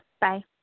Bye